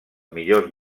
millors